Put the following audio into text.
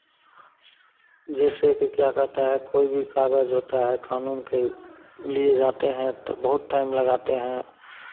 जैसे कि क्या कहता है कोई भी कागज़ होता है कानून के लिए जाते हैं तो बहुत टाइम लगाते हैं